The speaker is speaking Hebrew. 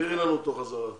תעבירי לנו אותו חזרה.